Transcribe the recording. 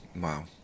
Wow